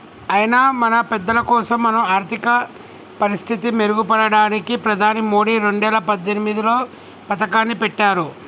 అయినా మన పెద్దలకోసం మన ఆర్థిక పరిస్థితి మెరుగుపడడానికి ప్రధాని మోదీ రెండేల పద్దెనిమిదిలో పథకాన్ని పెట్టారు